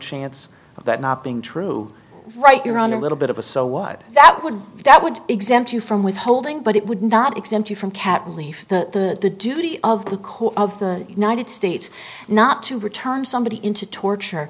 that not being true right you're on a little bit of a so what that would be that would exempt you from withholding but it would not exempt you from cat relief the the duty of the court of the united states not to return somebody into torture